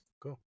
Cool